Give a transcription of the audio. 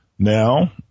Now